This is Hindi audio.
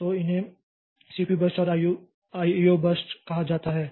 तो इन्हें सीपीयू बर्स्ट और आईओ बर्स्ट कहा जाता है